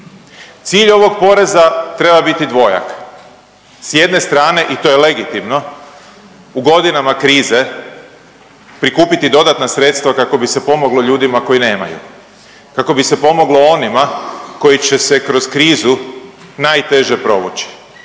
cilj ovog poreza treba biti dvojak, s jedne strane, i to je legitimno, u godinama krize prikupiti dodatna sredstva kako bi se pomoglo ljudima koji nemaju, kako bi se pomoglo onima koji će se kroz krizu najteže provući.